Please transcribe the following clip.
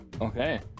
okay